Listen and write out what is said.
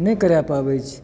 नहि करि पाबए छै